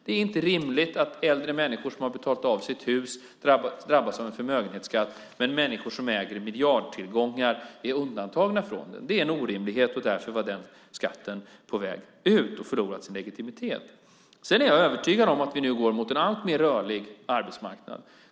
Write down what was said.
Det är inte rimligt att äldre människor som har betalat av sitt hus drabbas av förmögenhetsskatt medan människor som äger miljardtillgångna är undantagna från den. Det är en orimlighet, och därför var den skatten på väg ut och hade förlorat sin legitimitet. Jag är övertygad om att vi nu går mot en alltmer rörlig arbetsmarknad.